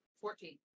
Fourteen